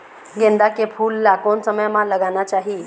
गेंदा के फूल ला कोन समय मा लगाना चाही?